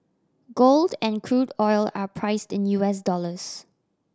gold and crude oil are priced in U S dollars